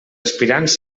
aspirants